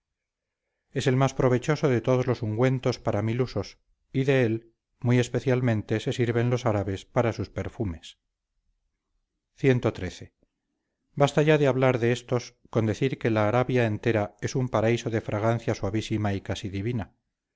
es el más provechoso de todos los ungüentos para mil usos y de él muy especialmente se sirven los árabes para sus perfumes cxiii basta ya de hablar de estos con decir que la arabia entera es un paraíso de fragancia suavísima y casi divina